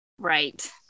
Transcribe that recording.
Right